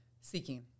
seeking